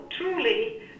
truly